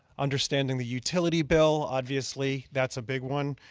understanding the utility bill, obviously, that's a big one.